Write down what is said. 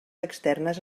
externes